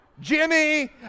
Jimmy